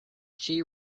she